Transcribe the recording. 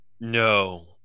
no